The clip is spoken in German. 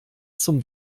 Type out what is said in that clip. zum